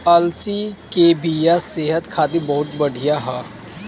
अलसी के बिया सेहत खातिर बहुते बढ़िया ह